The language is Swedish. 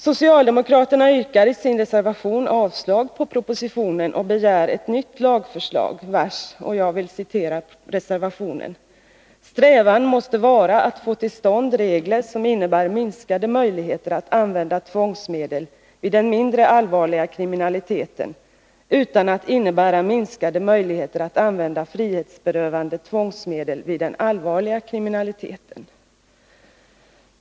Socialdemokraterna yrkar i sin reservation avslag på propositionen och begär ett nytt lagförslag, vars strävan måste vara ”att få till stånd regler som innebär minskade möjligheter att använda tvångsmedel vid den mindre allvarliga kriminaliteten utan att innebära minskade möjligheter att använda frihetsberövande tvångsmedel vid den allvarliga kriminaliteten”.